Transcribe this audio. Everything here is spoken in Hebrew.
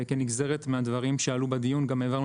לכן כנגזרת מהדברים שעלו בדיון גם העברנו